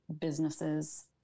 businesses